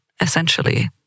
essentially